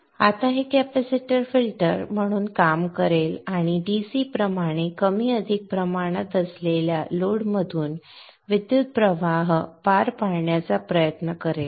तर आता हे कॅपेसिटर फिल्टर म्हणून काम करेल आणि dc प्रमाणे कमी अधिक प्रमाणात असलेल्या लोडमधून विद्युत प्रवाह पार करण्याचा प्रयत्न करेल